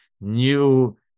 new